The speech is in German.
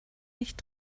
nicht